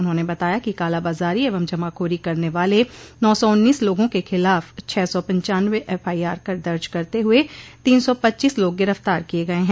उन्होंने बताया कि कालाबाजारी एवं जमाखोरी करने वाले नौ सौ उन्नीस लोगों के खिलाफ छह सौ पिनचानवे एफआईआर दर्ज करते हुए तीन सौ पच्चीस लोग गिरफ्तार किये गये हैं